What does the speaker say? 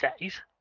days